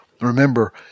Remember